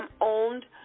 owned